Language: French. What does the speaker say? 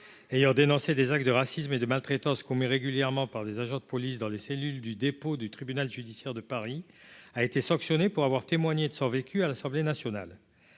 ayant dénoncé des actes de racismes et de maltraitance qu'on met régulièrement par des agents de police dans les cellules du dépôt du tribunal judiciaire de Paris a été sanctionné pour avoir témoigné de son vécu à l'Assemblée nationale